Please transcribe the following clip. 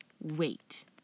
wait